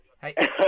Hey